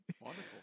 Wonderful